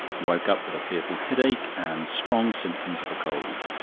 woke up with a fearful headache and strong symptoms of a cold.